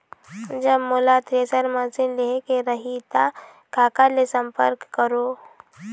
जब मोला thresher machine लेहेक रही ता काकर ले संपर्क करों?